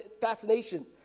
fascination